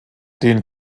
den